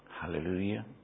Hallelujah